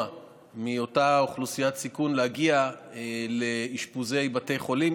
מאותה אוכלוסיית סיכון להגיע לאשפוזי בתי חולים,